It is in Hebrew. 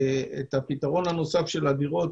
בועז ידבר מיד על הפתרון הנוסף של הדירות.